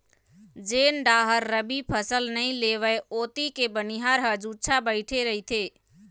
जेन डाहर रबी फसल नइ लेवय ओती के बनिहार ह जुच्छा बइठे रहिथे